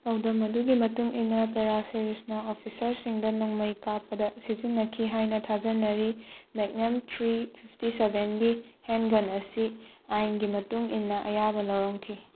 ꯄꯥꯎꯗꯝ ꯑꯗꯨꯒꯤ ꯃꯇꯨꯡ ꯏꯟꯅ ꯄꯦꯔꯥ ꯁꯦꯔꯤꯁꯅ ꯑꯣꯐꯤꯁꯥꯔꯁꯤꯡꯗ ꯅꯣꯡꯃꯩ ꯀꯥꯞꯄꯗ ꯁꯤꯖꯤꯟꯅꯈꯤ ꯍꯥꯏꯅ ꯊꯥꯖꯅꯔꯤ ꯃꯦꯛꯅꯝ ꯊ꯭ꯔꯤ ꯐꯤꯞꯇꯤ ꯁꯕꯦꯟꯒꯤ ꯍꯦꯟ ꯒꯟ ꯑꯁꯤ ꯑꯥꯏꯟꯒꯤ ꯃꯇꯨꯡ ꯏꯟꯅ ꯑꯌꯥꯕ ꯂꯧꯔꯝꯈꯤ